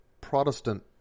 Protestant